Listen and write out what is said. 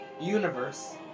universe